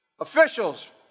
officials